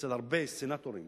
אצל הרבה סנטורים